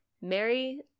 Mary